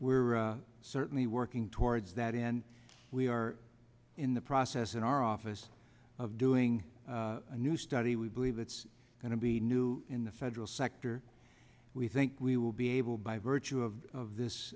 we're certainly working towards that and we are in the process in our office of doing a new study we believe it's going to be new in the federal sector we think we will be able by virtue of of this